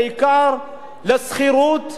בעיקר לשכירות,